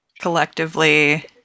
Collectively